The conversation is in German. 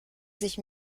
sich